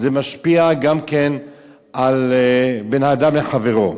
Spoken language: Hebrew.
זה משפיע גם כן על בין האדם לחברו.